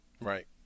Right